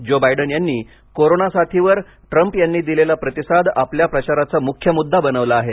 जो बायडन यांनी कोरोना साथीवर ट्रंप यांनी दिलेला प्रतिसाद आपल्या प्रचाराचा मुख्य मुद्दा बनवला आहे